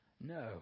No